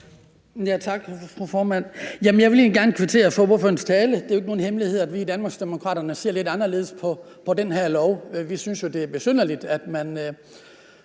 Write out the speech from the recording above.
Tak, fru formand. Jeg vil egentlig gerne kvittere for ordførerens tale. Det er jo ikke nogen hemmelighed, at vi i Danmarksdemokraterne ser lidt anderledes på det her lovforslag. Vi synes jo, det er besynderligt, at man